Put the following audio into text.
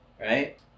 Right